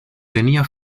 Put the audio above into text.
tenía